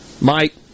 Mike